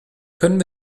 können